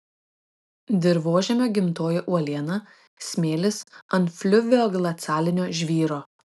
dirvožemio gimtoji uoliena smėlis ant fliuvioglacialinio žvyro